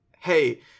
hey